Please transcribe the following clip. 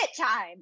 time